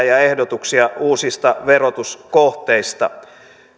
ja ehdotuksianne uusista verotuskohteista